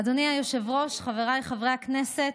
אדוני היושב-ראש, חבריי חברי הכנסת,